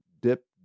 dip